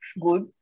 good